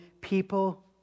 people